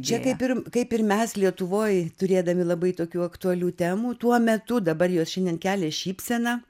čia kaip ir kaip ir mes lietuvoj turėdami labai tokių aktualių temų tuo metu dabar jos šiandien kelia šypseną